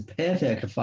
perfect